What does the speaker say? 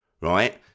right